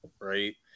right